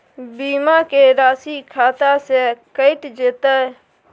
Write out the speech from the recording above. बीमा के राशि खाता से कैट जेतै?